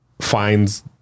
finds